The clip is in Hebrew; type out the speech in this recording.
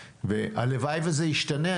והלוואי שזה ישתנה.